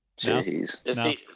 Jeez